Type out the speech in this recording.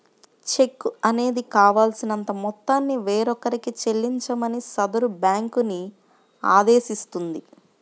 చెక్కు అనేది కావాల్సినంత మొత్తాన్ని వేరొకరికి చెల్లించమని సదరు బ్యేంకుని ఆదేశిస్తుంది